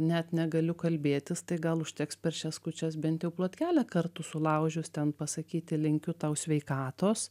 net negaliu kalbėtis tai gal užteks per šias kūčias bent jau plotkelę kartų sulaužius ten pasakyti linkiu tau sveikatos